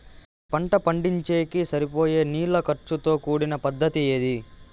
మీ పంట పండించేకి సరిపోయే నీళ్ల ఖర్చు తో కూడిన పద్ధతి ఏది?